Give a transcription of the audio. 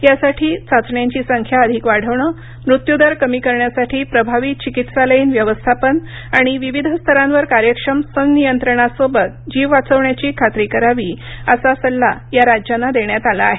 यासाठी चाचण्यांची संख्या अधिक वाढवणं मृत्यु दर कमी करण्यासाठी प्रभावी चिकित्सालयीन व्यवस्थापन आणि विविध स्तरांवर कार्यक्षम संनियंत्रणासोबत जीव वाचवण्याची खात्री करावी असा सल्ला या राज्यांना देण्यात आला आहे